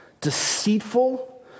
deceitful